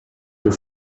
her